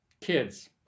kids